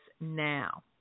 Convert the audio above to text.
now